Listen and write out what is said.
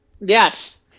Yes